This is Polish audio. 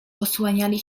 osłaniali